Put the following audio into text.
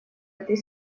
этой